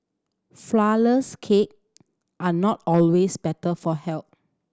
flourless cake are not always better for health